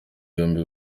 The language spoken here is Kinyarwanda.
yombi